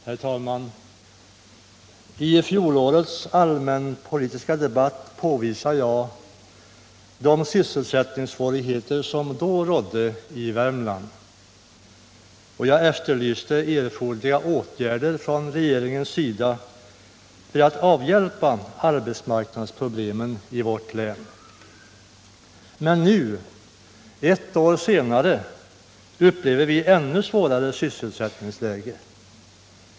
Herr talman! I fjolårets allmänpolitiska debatt påvisade jag de sysselsättningssvårigheter som då rådde i Värmland, och jag efterlyste erforderliga åtgärder från regeringens sida för att avhjälpa arbetsmarknadsproblemen i vårt län. Men nu, ett år senare, upplever vi ett ännu svårare sysselsättningsläge.